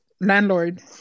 Landlord